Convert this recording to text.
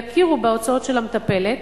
יכירו בהוצאות על המטפלת